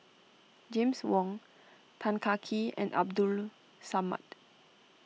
James Wong Tan Kah Kee and Abdul Samad